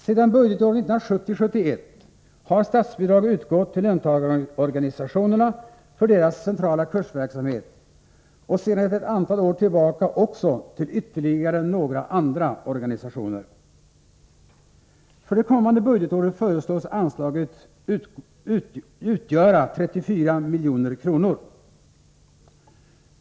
Sedan budgetåret 1970/71 har statsbidrag utgått till löntagarorganisationerna för deras centrala kursverksamhet, och sedan ett antal år tillbaka också till ytterligare några andra organisationer. För det kommande budgetåret föreslås anslaget utgöra 34 milj.kr.